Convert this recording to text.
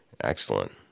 Excellent